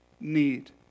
need